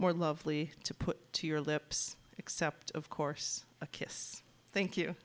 more lovely to put to your lips except of course a kiss thank you